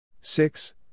Six